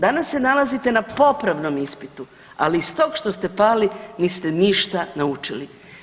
Danas se nalazite na popravnom ispitu, ali iz tog što ste pali niste ništa naučili.